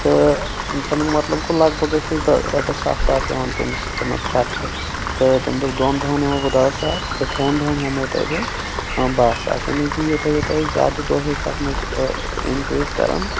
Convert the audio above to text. تہٕ تَمیُٚک مطلب گوٚو لگ بگ ٲسۍ أسۍ رۄپیَس سَتھ ساس یِوان تٔمِس سۭتۍ خرچہِ تہٕ تٔمۍ دوٚپ دۄن دۄہَن ہٮ۪مہو بہٕ دَہ ساس تہٕ ترٮ۪ن دۄہَن ہٮ۪مہو تۄہِہ بہٕ باہہ ساس یعنی کہ یوٗتاہ یوٗتاہ أسۍ زیادٕ دۄہ ٲسۍ اَتھ منٛز اِنکرٛیٖز کَران